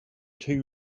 two